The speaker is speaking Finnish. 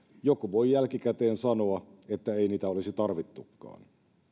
joku voi jälkikäteen sanoa että ei niitä olisi tarvittukaan